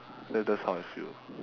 that that's how I feel